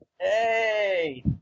hey